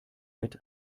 bett